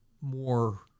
more